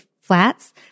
flats